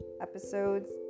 Episodes